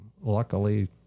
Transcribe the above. Luckily